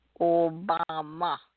Obama